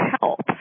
help